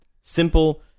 simple